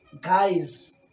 guys